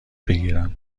بگیرم